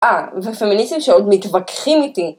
‫אה, ופמיניסטים שעוד מתווכחים אותי.